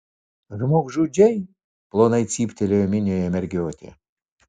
žmogžudžiai plonai cyptelėjo minioje mergiotė